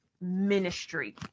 ministry